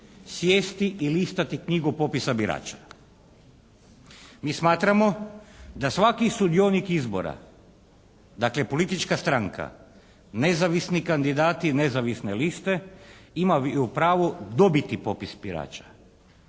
sjesti i listati knjigu popisa birača. Mi smatramo da svaki sudionik izbora, dakle politička stranka, nezavisni kandidati nezavisne liste imaju pravo dobiti popis birača.